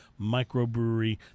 microbrewery